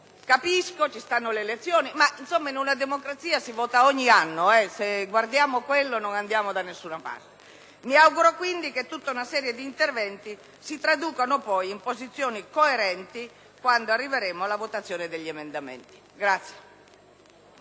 Capisco, ci sono le elezioni, ma insomma, in una democrazia si vota ogni anno, se guardiamo alle elezioni non andiamo da nessuna parte. Mi auguro quindi che gli interventi svolti si traducano in posizioni coerenti quando arriveremo alla votazione degli emendamenti.